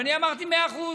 ואני אמרתי: מאה אחוז.